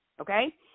okay